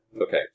Okay